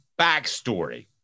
Backstory